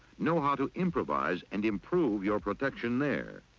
know how to improvise and improve your protection there.